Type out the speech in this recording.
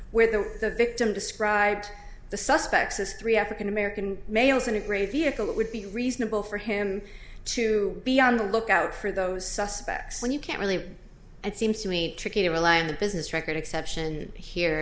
where the victim described the suspects as three african american males in a great vehicle it would be reasonable for him to be on the lookout for those suspects when you can't really it seems to me tricky to rely on the business record exception here